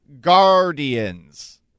Guardians